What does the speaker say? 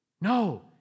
No